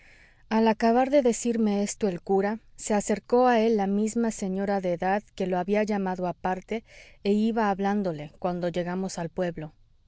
al acabar de decirme esto el cura se acercó a él la misma señora de edad que lo había llamado aparte e iba hablándole cuando llegamos al pueblo